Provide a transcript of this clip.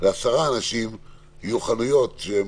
ל-10 אנשים, הן